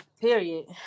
Period